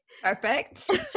Perfect